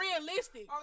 realistic